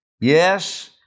Yes